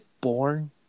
born